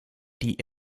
die